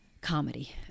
comedy